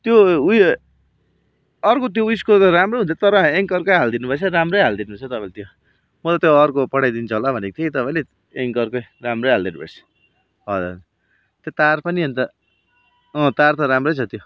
त्यो उयोे अर्को त्यो उयेसको त राम्रो हुन्छ तर एङ्करकै हालिदिनु भएछ राम्रै हालिदिएको रहेछ तपाईँले त्यो मैले त्यो अर्को पठाइदिन्छ होला भनेको थिएँ कि तपाईँले एङ्करकै राम्रै हालिदिनु भएछ हजुर त्यो तार पनि अन्त अँ तार त राम्रै छ त्यो